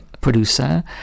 producer